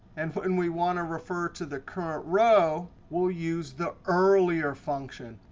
and but when we want to refer to the current row, we'll use the earlier function.